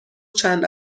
چند